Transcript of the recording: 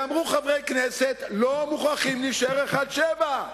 ואמרו חברי כנסת: לא מוכרחים להישאר ב-1.7%.